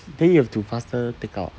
then you have to faster take out